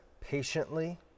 patiently